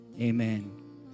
amen